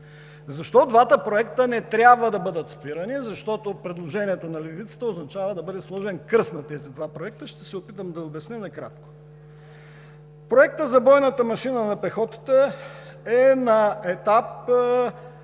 Защо двата проекта не трябва да бъдат спирани? Защото предложението на левицата означава да бъде сложен кръст на тези два проекта. Ще се опитам да обясня накратко. Проектът за бойната машина на пехотата е на етап